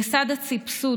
לצד הסבסוד,